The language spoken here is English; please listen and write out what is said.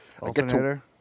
Alternator